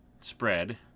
spread